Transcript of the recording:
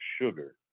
sugar